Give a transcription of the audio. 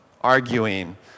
arguing